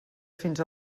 fins